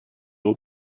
will